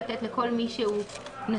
לתת לכל מי שהוא נשוי,